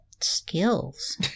Skills